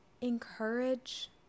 encourage